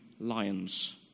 lions